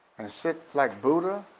and sit like buddha?